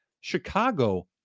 Chicago